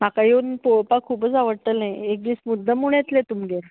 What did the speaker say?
म्हाका येवन पळोवपाक खूबुच आवडटले एकदीस मुद्दाम म्हूण येतलें तुमगेर